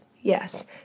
Yes